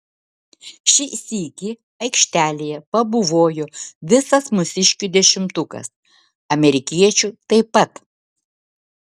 šį sykį aikštelėje pabuvojo visas mūsiškių dešimtukas amerikiečių taip pat